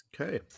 Okay